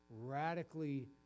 radically